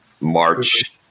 march